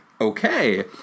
okay